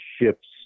ships